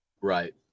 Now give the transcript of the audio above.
Right